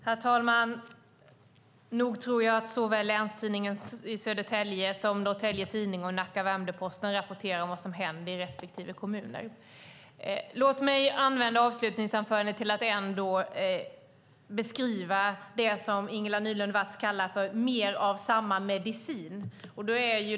Herr talman! Nog tror jag att såväl Länstidningen i Södertälje som Norrtelje Tidning och Nacka Värmdö Posten rapporterar om vad som händer i respektive kommun. Låt mig använda mitt avslutande anförande till att beskriva det som Ingela Nylund Watz kallar för mer av samma medicin.